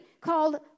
called